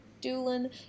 Doolin